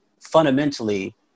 fundamentally